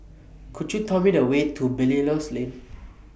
Could YOU Tell Me The Way to Belilios Lane